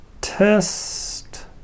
test